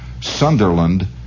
Sunderland